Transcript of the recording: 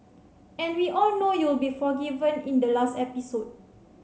and we all know you'll be forgiven in the last episode